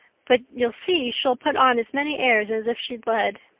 but you'll see she'll put on as many airs as if she'd led.